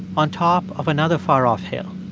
on top of another far-off hill